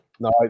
No